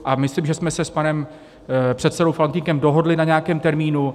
A myslím, že jsme se s panem předsedou Faltýnkem dohodli na nějakém termínu.